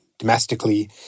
domestically